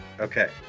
Okay